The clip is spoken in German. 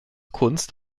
kunst